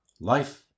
life